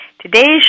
Today's